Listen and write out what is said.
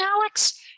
Alex